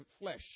flesh